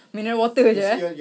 mineral water jer eh